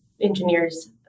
engineers